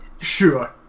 sure